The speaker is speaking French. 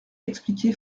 expliqué